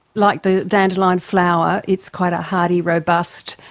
like the dandelion flower, it's quite a hardy, robust,